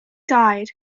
died